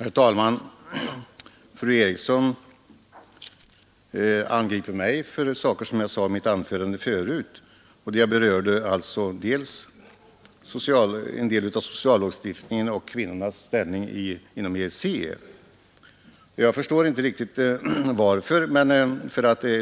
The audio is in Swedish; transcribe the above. Herr talman! Fru Eriksson angriper mig för saker som jag sade i mitt första anförande. Jag berörde dels en del av sociallagstiftningen, dels kvinnornas ställning inom EEC. Jag förstår inte riktigt varför fru Eriksson angriper mig,